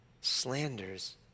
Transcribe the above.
slanders